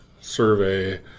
survey